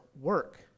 work